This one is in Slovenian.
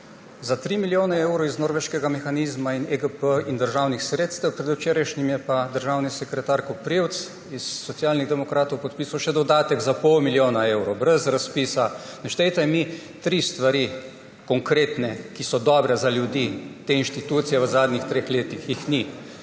za 3 milijone evrov iz norveškega mehanizma in EGP in državnih sredstev, predvčerajšnjim je pa državni sekretark Koprivc iz Socialnih demokratov podpisal še dodatek za pol milijona evrov brez razpisa. Naštejte mi tri konkretne stvari, ki so dobre za ljudi, te inštitucije v zadnjih treh letih. Jih ni.